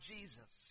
Jesus